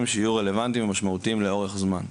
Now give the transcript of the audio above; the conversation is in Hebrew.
שיהיו רלוונטיים ומשמעותיים לאורך זמן.